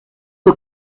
que